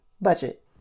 budget